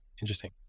Interesting